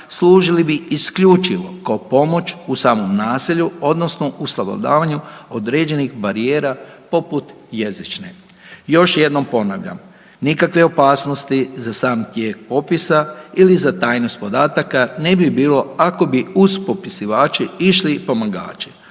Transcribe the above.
služili bi isključivo kao pomoć u samom naselju odnosno u savladavanju određenih barijera poput jezične. Još jednom ponavljam, nikakve opasnosti za sami tijek popisa ili za tajnost podataka ne bi bilo ako bi uz popisivače išli i pomagači.